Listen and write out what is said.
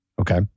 Okay